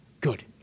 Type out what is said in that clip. Good